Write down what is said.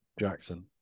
Jackson